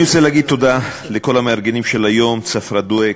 אני רוצה להגיד תודה לכל המארגנים של היום: צפרא דוויק,